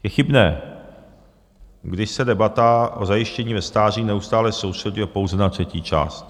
Je chybné, když se debata o zajištění ve stáří neustále soustřeďuje pouze na třetí část.